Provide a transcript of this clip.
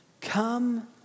Come